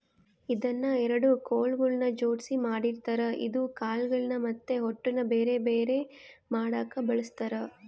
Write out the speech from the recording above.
ಇದನ್ನ ಎರಡು ಕೊಲುಗಳ್ನ ಜೊಡ್ಸಿ ಮಾಡಿರ್ತಾರ ಇದು ಕಾಳುಗಳ್ನ ಮತ್ತೆ ಹೊಟ್ಟುನ ಬೆರೆ ಬೆರೆ ಮಾಡಕ ಬಳಸ್ತಾರ